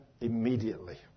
immediately